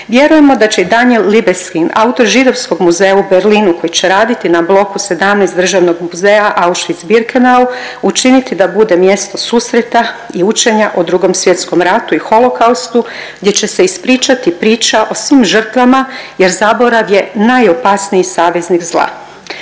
Vjerujemo da će Daniel Libeskind autor Židovskog muzeja u Berlinu koji će radi na Bloku 17 Državnog muzeja Auschwitz-Birkenau učiniti da bude mjesto susreta i učenja o Drugom svjetskom ratu i holokaustu gdje će se ispričati priča o svim žrtvama jer zaborav je najopasniji saveznik zla.